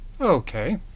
Okay